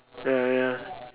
ya ya